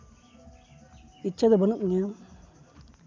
ᱤᱪᱪᱷᱟᱹ ᱫᱚ ᱵᱟᱹᱱᱩᱜ ᱛᱤᱧᱟᱹ